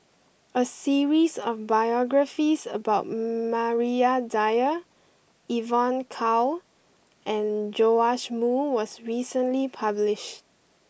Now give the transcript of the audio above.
a series of biographies about Maria Dyer Evon Kow and Joash Moo was recently published